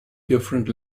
different